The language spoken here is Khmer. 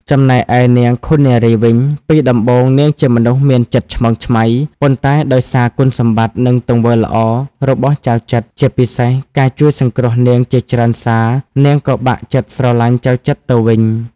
ចំណែកឯនាងឃុននារីវិញ ពីដំបូងនាងជាមនុស្សមានចរិតឆ្មើងឆ្មៃ ប៉ុន្តែដោយសារគុណសម្បត្តិ និងទង្វើល្អរបស់ចៅចិត្រ ជាពិសេសការជួយសង្គ្រោះនាងជាច្រើនសារនាងក៏បាក់ចិត្តស្រឡាញ់ចៅចិត្រទៅវិញ។